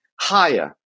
higher